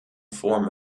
form